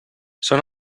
són